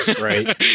Right